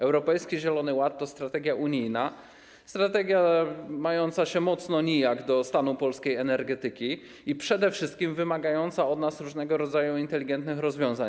Europejski Zielony Ład to strategia unijna, strategia mająca się mocno nijak do stanu polskiej energetyki i przede wszystkim wymagająca od nas różnego rodzaju inteligentnych rozwiązań.